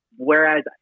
Whereas